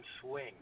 Swing